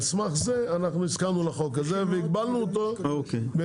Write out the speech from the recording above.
על סמך זה הסכמנו לחוק הזה והגבלנו אותו בתקופה,